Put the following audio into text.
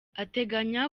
ateganya